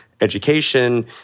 education